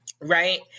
right